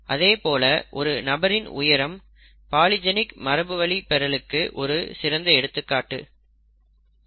அதே போல் ஒரு நபரின் உயரம் பாலிஜெனிக் மரபுவழிப்பெறலுக்கு ஒரு சிறந்த உதாரணம்